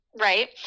Right